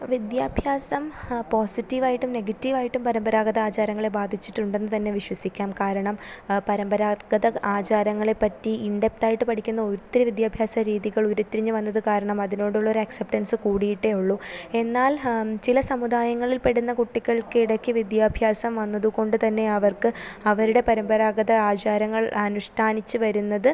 വിദ്യാഭ്യാസം പോസിറ്റീവ് ആയിട്ടും നെഗറ്റീവ് ആയിട്ടും പരമ്പരാഗത ആചാരങ്ങളേ ബാധിച്ചിട്ടുണ്ടെന്ന് തന്നെ വിശ്വസിക്കാം കാരണം പരമ്പരാഗത ആചാരങ്ങളെപ്പറ്റി ഇൻഡെപ്ത്ത് ആയിട്ട് പഠിക്കുന്ന ഒത്തിരി വിദ്യാഭ്യാസ രീതികൾ ഉരുത്തിരിഞ്ഞു വന്നത് കാരണം അതിനോടുള്ള ഒരു അക്സെപ്റ്റൻസ്സ് കൂടിയിട്ടേയുള്ളൂ എന്നാൽ ചില സമുദായങ്ങളിൽപ്പെടുന്ന കുട്ടികൾക്ക് ഇടയ്ക്ക് വിദ്യാഭ്യാസം വന്നതുകൊണ്ട് തന്നെ അവർക്ക് അവരുടെ പരമ്പരാഗത ആചാരങ്ങൾ അനുഷ്ഠാനിച്ച് വരുന്നത്